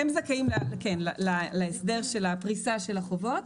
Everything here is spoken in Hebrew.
כן, זכאים להסדר של פריסת החובות.